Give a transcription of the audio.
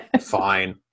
Fine